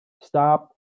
stop